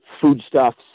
foodstuffs